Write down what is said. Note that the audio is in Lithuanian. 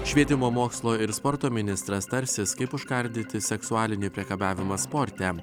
švietimo mokslo ir sporto ministras tarsis kaip užkardyti seksualinį priekabiavimą sporte